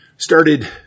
started